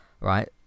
right